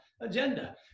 agenda